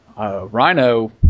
Rhino